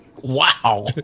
Wow